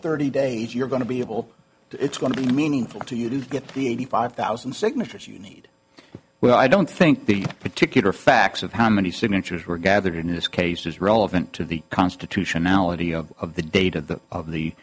thirty days you're going to be able to it's going to be meaningful to you to get the eighty five thousand signatures you need well i don't think the particular facts of how many signatures were gathered in this case is relevant to the constitutionality of the date of the of the